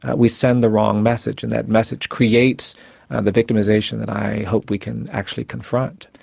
we send the wrong message, and that message creates the victimisation that i hope we can actually confront.